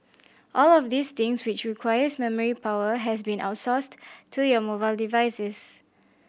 all of these things which requires memory power has been outsourced to your mobile devices